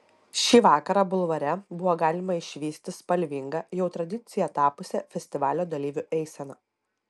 šį vakarą bulvare buvo galima išvysti spalvingą jau tradicija tapusią festivalio dalyvių eiseną